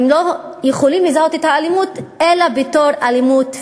הם לא יכולים לזהות את האלימות אלא בתור אלימות פיזית,